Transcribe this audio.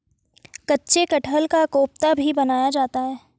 कच्चे कटहल का कोफ्ता भी बनाया जाता है